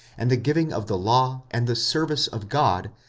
and the giving of the law, and the service of god,